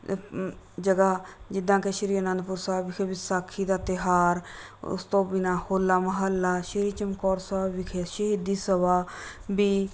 ਜਗ੍ਹਾ ਜਿੱਦਾਂ ਕਿ ਸ਼੍ਰੀ ਅਨੰਦਪੁਰ ਸਾਹਿਬ ਵਿਖੇ ਵਿਸਾਖੀ ਦਾ ਤਿਉਹਾਰ ਉਸ ਤੋਂ ਬਿਨਾਂ ਹੋਲਾ ਮਹੱਲਾ ਸ਼੍ਰੀ ਚਮਕੌਰ ਸਾਹਿਬ ਵਿਖੇ ਸ਼ਹੀਦੀ ਸਭਾ ਵੀ